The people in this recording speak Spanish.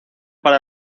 para